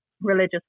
religious